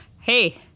Hey